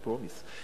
not promise,